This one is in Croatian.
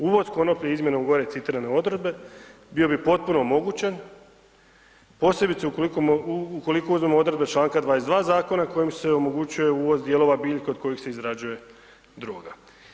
Uvoz konoplja izmjena u gore citirane odredbe, bio bi potpuno omogućen, posebice ukoliko uzmemo odredbe članka 22. zakona, kojim se omogućuje uvoz dijelova biljka od kojih se izrađuje droga.